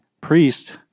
priest